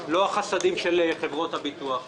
לא החסדים של חברות הביטוח.